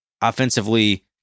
offensively